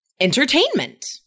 entertainment